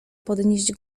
podnieść